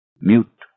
mute